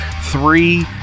three